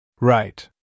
Right